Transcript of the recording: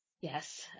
Yes